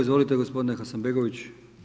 Izvolite gospodine Hasanbegović.